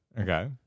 Okay